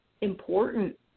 important